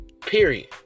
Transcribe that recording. period